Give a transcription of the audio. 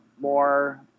more